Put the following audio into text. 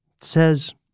says